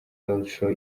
roadshow